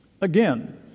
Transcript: Again